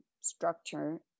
structure